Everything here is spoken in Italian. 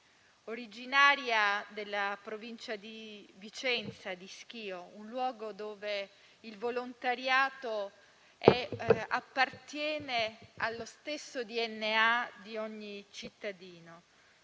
Originaria della provincia di Vicenza, di Schio, un luogo in cui il volontariato appartiene al DNA di ogni cittadino,